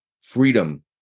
freedom